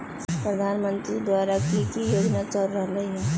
प्रधानमंत्री द्वारा की की योजना चल रहलई ह?